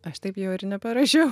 aš taip jo ir neparašiau